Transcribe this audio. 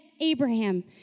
Abraham